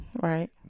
Right